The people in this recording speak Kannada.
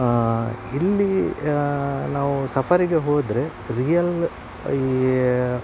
ಇಲ್ಲಿ ನಾವು ಸಫಾರಿಗೆ ಹೋದರೆ ರಿಯಲ್ ಈ